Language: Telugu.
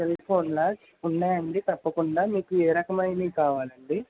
సెల్ఫోన్ల ఉన్నాయండి తప్పకుండా మీకు ఏ రకమైనవి కావాలండి